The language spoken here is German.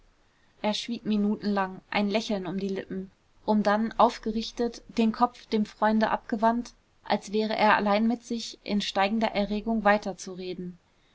er schwieg minutenlang ein lächeln um die lippen um dann aufgerichtet den kopf dem freunde abgewandt als wäre er allein mit sich in steigender erregung weiter